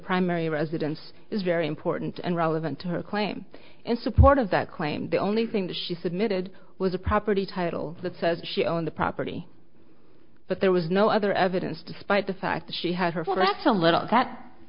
primary residence is very important and relevant to her claim in support of that claim the only thing that she submitted was a property title that says she owned the property but there was no other evidence despite the fact she had her for that so little